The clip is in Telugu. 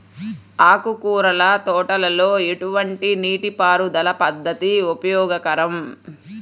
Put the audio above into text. ఆకుకూరల తోటలలో ఎటువంటి నీటిపారుదల పద్దతి ఉపయోగకరం?